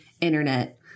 Internet